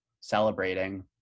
celebrating